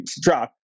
drop